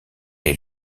est